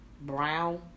brown